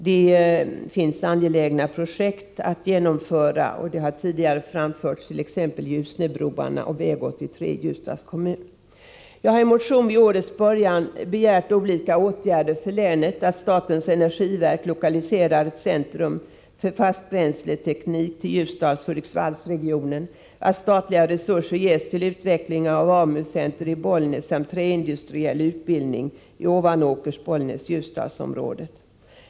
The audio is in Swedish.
Det finns angelägna projekt att genomföra, som tidigare har anförts, t.ex. Ljusnebroarna och väg 83 i Ljusdals kommun. Jag har i motion vid årets början begärt olika åtgärder för länet — att statens energiverk lokaliserar ett centrum för fastbränsleteknik till Ljusdal-Hudiksvall-regionen, att statliga resurser ges till utveckling av AMU-center i Bollnäs samt träindustriell utbildning i Ovanåker-Bollnäs-Ljusdal-området.